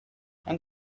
and